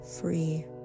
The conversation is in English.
free